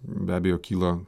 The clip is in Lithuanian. be abejo kyla